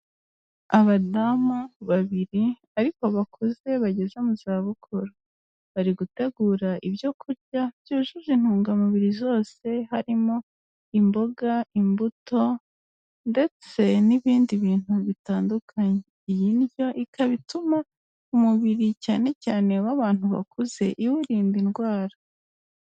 Abadamu babiri ariko bakuze bageze mu zabukuru. Bari gutegura ibyo kurya byujuje intungamubiri zose harimo imboga, imbuto ndetse n'ibindi bintu bitandukanye. Iyi ndyo ikaba ituma umubiri cyane cyane w'abantu bakuze iwurinda indwara.